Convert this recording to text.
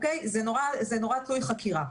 זה נורא תלוי חקירה.